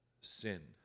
sin